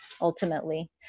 Ultimately